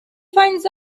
finds